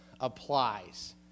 applies